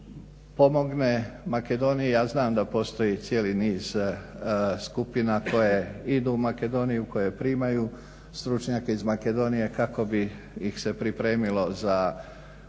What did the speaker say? pomogne Makedoniji. Ja znam da postoji cijeli niz skupina koje idu u Makedoniju, koje primaju stručnjake iz Makedonije kako bi ih se pripremilo za ono